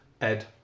Ed